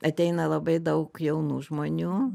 ateina labai daug jaunų žmonių